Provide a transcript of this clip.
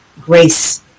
grace